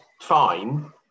fine